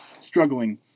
struggling